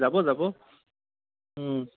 যাব যাব